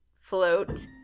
float